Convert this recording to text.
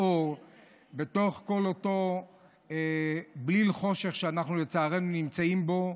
אור בתוך כל אותו בליל חושך שאנחנו לצערנו נמצאים בו,